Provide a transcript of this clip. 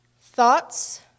thoughts